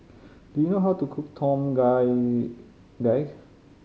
do you know how to cook Tom Gai Gai